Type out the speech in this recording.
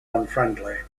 unfriendly